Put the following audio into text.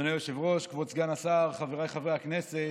אדוני היושב-ראש, כבוד סגן השר, חבריי חברי הכנסת,